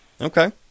Okay